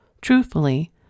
Truthfully